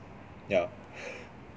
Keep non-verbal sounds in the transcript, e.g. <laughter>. yeah <laughs>